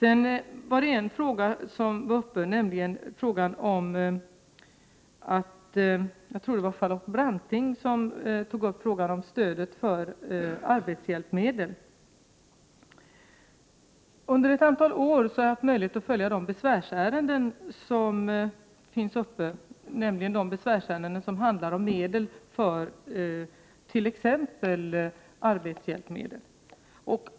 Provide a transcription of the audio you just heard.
Jag tror att det var Charlotte Branting som tog upp frågan om stödet för arbetshjälpmedel. Under ett antal år har jag haft möjlighet att följa de besvärsärenden som handlar om stöd till t.ex. arbetshjälpmedel.